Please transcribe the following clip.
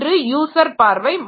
ஒன்று யூசர் பார்வை